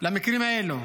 למקרים האלו?